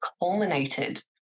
culminated